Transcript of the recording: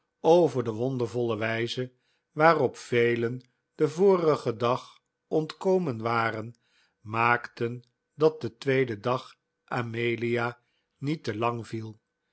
over de wondervolle wijze waarop velen den vorigen dag ontkomen waren maakten dat de tweede dag amelia niet te lang viel